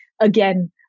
again